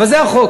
אבל זה החוק.